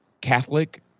Catholic